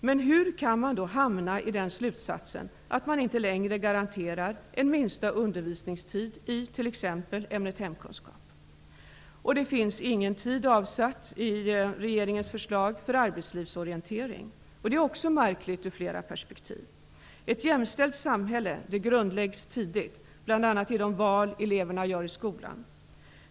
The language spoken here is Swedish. Men hur kan man då komma till slutsatsen att inte längre garantera en minsta undervisningstid i t.ex. ämnet hemkunskap? Enligt regeringens förslag finns ingen tid avsatt för arbetslivsorientering. Detta är märkligt ur flera perspektiv. Ett jämställt samhälle grundläggs tidigt, bl.a. i de val eleverna gör i skolan.